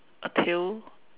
a tail